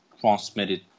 transmitted